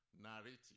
narrative